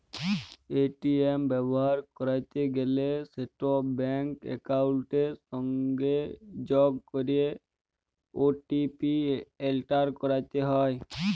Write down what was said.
ATM ব্যাভার ক্যরতে গ্যালে সেট ব্যাংক একাউলটের সংগে যগ ক্যরে ও.টি.পি এলটার ক্যরতে হ্যয়